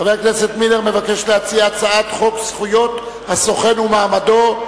חבר הכנסת מילר מבקש להציע הצעת חוק זכויות הסוכן ומעמדו.